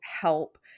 help